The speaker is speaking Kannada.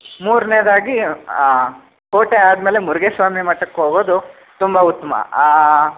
ಮೂರನೇದಾಗಿ ಕೋಟೆ ಆದಮೇಲೆ ಮುರ್ಘಾಸ್ವಾಮಿ ಮಠಕ್ಕೆ ಹೋಗೋದು ತುಂಬ ಉತ್ತಮ